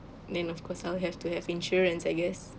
then of course I'll have to have insurance I guess